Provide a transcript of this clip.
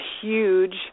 huge